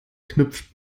knüpft